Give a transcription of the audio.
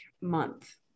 month